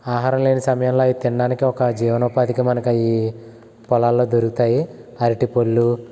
ఆహారం లేని సమయంలో అవి తినడానికి ఒక జీవనోపాధిగా మనకి అవి పొలాలలో దొరుకుతాయి అరటి పళ్ళు